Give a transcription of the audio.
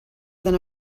than